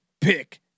pick